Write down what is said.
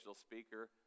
speaker